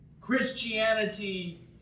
Christianity